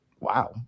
wow